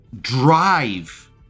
drive